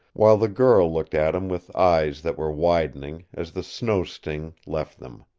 while the girl looked at him with eyes that were widening as the snow-sting left them.